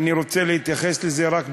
אני רוצה להתייחס לזה רק בחיוב,